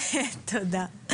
תודה.